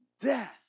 Death